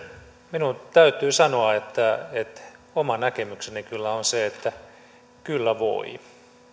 minun täytyy sanoa että oma näkemykseni kyllä on se että kyllä voi